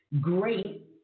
great